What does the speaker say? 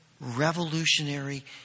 revolutionary